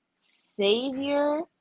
savior